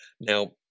Now